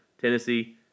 Tennessee